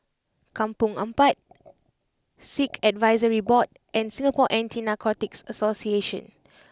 Kampong Ampat Sikh Advisory Board and Singapore Anti Narcotics Association